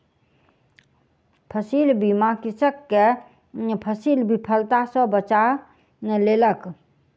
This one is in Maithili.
फसील बीमा कृषक के फसील विफलता सॅ बचा लेलक